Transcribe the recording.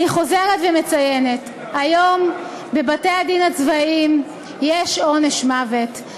אני חוזרת ומציינת: היום בבתי-הדין הצבאיים יש עונש מוות.